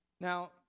Now